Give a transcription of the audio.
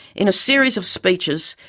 in a series of speeches,